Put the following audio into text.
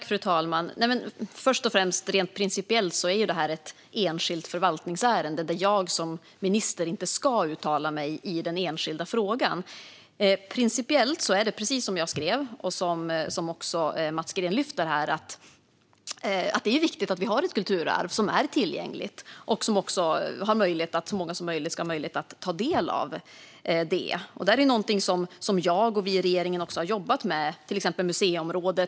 Fru talman! Först och främst: Rent principiellt är det här ett enskilt förvaltningsärende, där jag som minister inte ska uttala mig i den enskilda frågan. Principiellt är det precis som jag sa och som även Mats Green lyfter: Det är viktigt att vi har ett kulturarv som är tillgängligt och som så många som möjligt ska kunna ta del av. Detta är något som jag och vi i regeringen har jobbat med, till exempel på museiområdet.